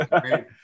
great